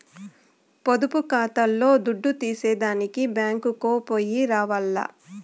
పొదుపు కాతాల్ల దుడ్డు తీసేదానికి బ్యేంకుకో పొయ్యి రావాల్ల